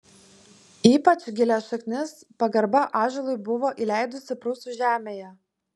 ypač gilias šaknis pagarba ąžuolui buvo įleidusi prūsų žemėje